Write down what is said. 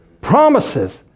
promises